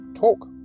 talk